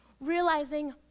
realizing